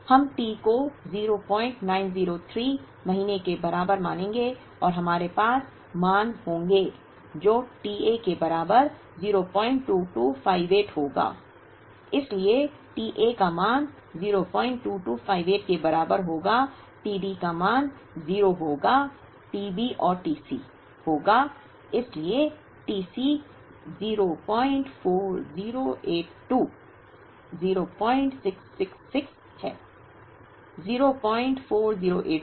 हम t को 0903 महीने के बराबर मानेंगे और हमारे पास मान होंगे जो t A के बराबर 02258 होगा इसलिए t A का मान 02258 के बराबर होगा t D का मान 0 होगा t B और t C होगा इसलिए t C 04082 0666 है